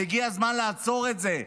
והגיע הזמן לעצור את זה,